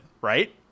right